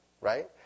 right